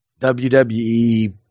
WWE